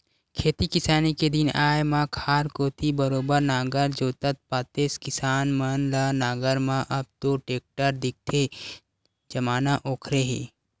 खेती किसानी के दिन आय म खार कोती बरोबर नांगर जोतत पातेस किसान मन ल नांगर म अब तो टेक्टर दिखथे जमाना ओखरे हे